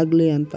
ಆಗ್ಲಿ ಅಂತ